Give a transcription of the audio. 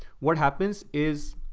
what happens is,